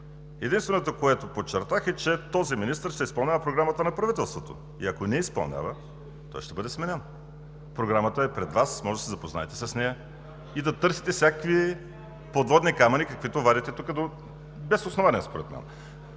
Единственото, което подчертах, е, че този министър изпълнява Програмата на правителството, и ако не я изпълнява, той ще бъде сменен. Програмата е пред Вас, може да се запознаете с нея и да търсите всякакви подводни камъни, каквито вадите тук без основание според мен.